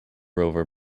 rover